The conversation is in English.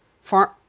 farm